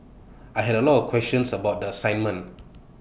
I had A lot of questions about the assignment